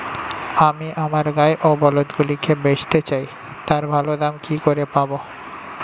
আমি আমার গাই ও বলদগুলিকে বেঁচতে চাই, তার ভালো দাম কি করে পাবো?